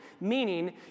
Meaning